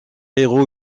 héros